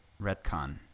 retcon